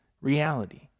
reality